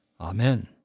Amen